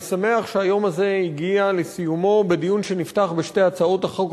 אני שמח שהיום הזה הגיע לסיומו בדיון שנפתח בשתי הצעות החוק